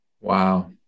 Wow